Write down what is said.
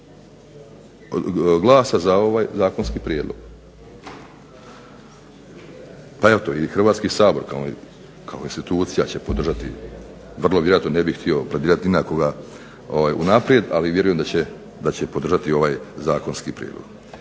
glasa za ovaj zakonski prijedlog. Pa eto i Hrvatski sabor kao institucija će podržati, vrlo vjerojatno, ne bih htio pledirat ni na koga unaprijed, ali vjerujem da će podržati ovaj zakonski prijedlog.